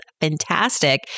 Fantastic